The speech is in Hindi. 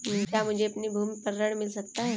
क्या मुझे अपनी भूमि पर ऋण मिल सकता है?